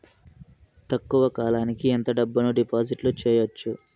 తక్కువ కాలానికి ఎంత డబ్బును డిపాజిట్లు చేయొచ్చు?